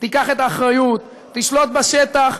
תיקח את האחריות, תשלוט בשטח.